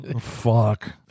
Fuck